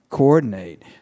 coordinate